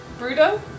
Bruto